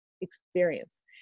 experience